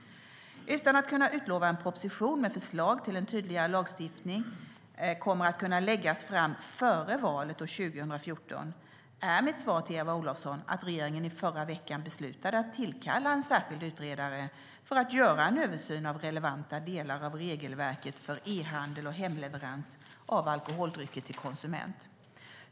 Utan att kunna utlova att en proposition med förslag till en tydligare lagstiftning kommer att kunna läggas fram före valet år 2014 är mitt svar till Eva Olofsson att regeringen i förra veckan beslutade att tillkalla en särskild utredare för att göra en översyn av relevanta delar av regelverket för e-handel och hemleverans av alkoholdrycker till konsument.